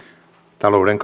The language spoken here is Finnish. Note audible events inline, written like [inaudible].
talouden [unintelligible]